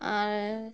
ᱟᱨ